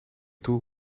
toe